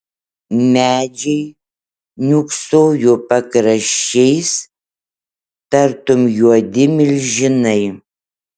medžiai niūksojo pakraščiais tartum juodi milžinai